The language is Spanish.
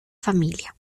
familia